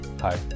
Hi